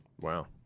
Wow